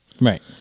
Right